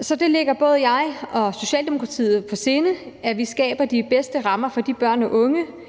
Så det ligger både mig og Socialdemokratiet på sinde, at vi skaber de bedste rammer for børn og unge